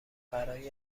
برای